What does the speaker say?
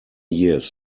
years